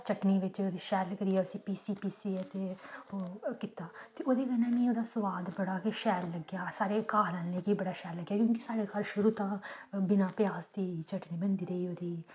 चटनी बिच्च ओह्दी शैल करियै उस्सी पीस्सी पीसियै ते ओह् कीता ते ओह्दे कन्नै मी ओह्दा सुआद बड़ा गै शैल लग्गेआ सारे घर आह्लें गी बड़ा शैल लग्गेआ क्योंकि साढ़े घर शुरू तां बिना प्याज दे चटनी बनदी रेही ओह्दी